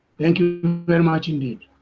thank you very much indeed.